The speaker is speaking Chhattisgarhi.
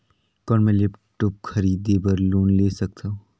कौन मैं लेपटॉप खरीदे बर लोन ले सकथव?